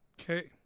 Okay